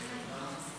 התשפ"ד 2024,